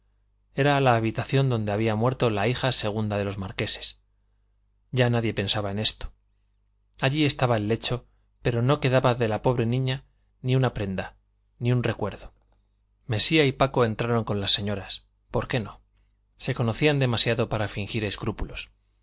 era la habitación donde había muerto la hija segunda de los marqueses ya nadie pensaba en esto allí estaba el lecho pero no quedaba de la pobre niña ni una prenda ni un recuerdo mesía y paco entraron con las señoras por qué no se conocían demasiado para fingir escrúpulos